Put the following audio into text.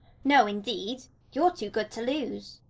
no, indeed. you're too good to lose.